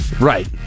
Right